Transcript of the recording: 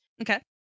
Okay